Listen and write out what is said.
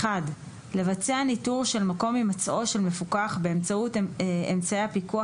לבצע ניטור של מקום הימצאו של מפוקח באמצעות אמצעי הפיקוח